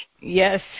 Yes